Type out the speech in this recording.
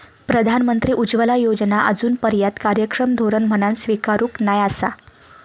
प्रधानमंत्री उज्ज्वला योजना आजूनपर्यात कार्यक्षम धोरण म्हणान स्वीकारूक नाय आसा